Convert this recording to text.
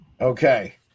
Okay